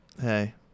Hey